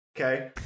Okay